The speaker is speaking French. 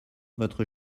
votre